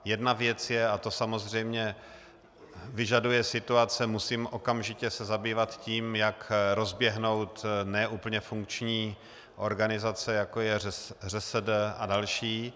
Jedna věc je, a to samozřejmě vyžaduje situace, že se musím okamžitě zabývat tím, jak rozběhnout ne úplně funkční organizace, jako je ŘSD a další.